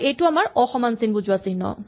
আৰু এইটো আমাৰ অসমান চিন বুজোৱা চিহ্ন